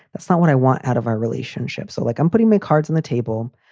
that's not what i want out of our relationship. so, like, i'm putting my cards on the table.